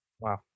Wow